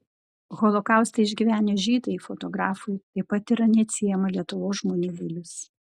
holokaustą išgyvenę žydai fotografui taip pat yra neatsiejama lietuvos žmonių dalis